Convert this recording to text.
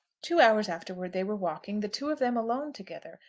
two hours afterwards they were walking, the two of them alone together,